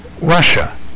Russia